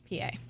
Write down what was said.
PA